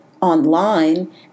online